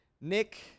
Nick